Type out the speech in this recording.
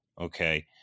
Okay